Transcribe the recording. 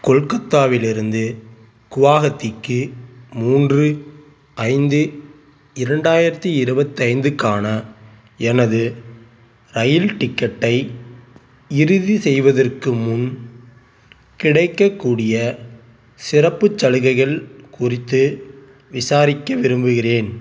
கொல்கத்தாவிலிருந்து குவாஹத்திக்கு மூன்று ஐந்து இரண்டாயிரத்து இருபத்தைந்துக்கான எனது இரயில் டிக்கெட்டை இறுதி செய்வதற்கு முன் கிடைக்கக்கூடிய சிறப்புச் சலுகைகள் குறித்து விசாரிக்க விரும்புகிறேன்